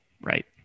Right